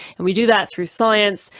and we do that through science,